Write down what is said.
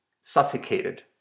suffocated